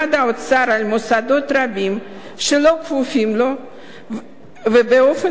על מוסדות רבים שלא כפופים לו באופן רשמי,